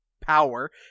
power